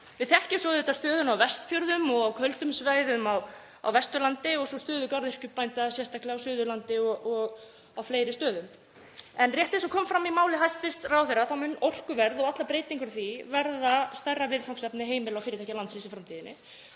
Við þekkjum svo auðvitað stöðuna á Vestfjörðum og á köldum svæðum á Vesturlandi og svo stöðu garðyrkjubænda, sérstaklega á Suðurlandi og á fleiri stöðum. En rétt eins og kom fram í máli hæstv. ráðherra þá mun orkuverð og allar breytingar á því verða stærra viðfangsefni heimila og fyrirtækja landsins í framtíðinni.